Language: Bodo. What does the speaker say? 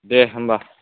दे होनबा